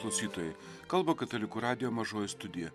klausytojai kalba katalikų radijo mažoji studija